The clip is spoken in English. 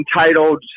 entitled